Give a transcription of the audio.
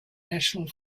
national